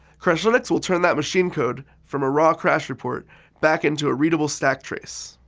crashlytics will turn that machine code from a raw crash report back into a readable stack trace.